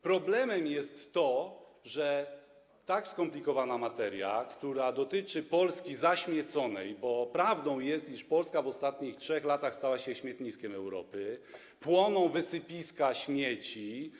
Problemem jest to, że tak skomplikowana materia dotyczy Polski zaśmieconej, bo prawdą jest, iż Polska w ostatnich 3 latach stała się śmietniskiem Europy, płoną wysypiska śmieci.